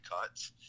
cuts